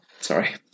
Sorry